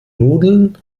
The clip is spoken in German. nudeln